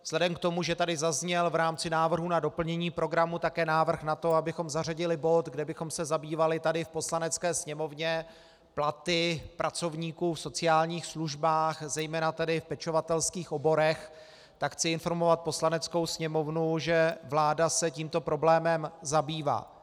Vzhledem k tomu, že tady zazněl v rámci návrhu na doplnění programu také návrh na to, abychom zařadili bod, kde bychom se zabývali tady v Poslanecké sněmovně platy pracovníků v sociálních službách, zejména v pečovatelských oborech, tak chci informovat Poslaneckou sněmovnu, že vláda se tímto problémem zabývá.